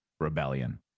rebellion